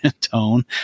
tone